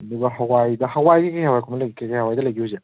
ꯑꯗꯨꯒ ꯍꯋꯥꯏꯗ ꯍꯋꯥꯏꯁꯦ ꯀꯔꯤ ꯀꯔꯤ ꯍꯋꯥꯏꯗ ꯂꯩꯒꯦ ꯍꯧꯖꯤꯛ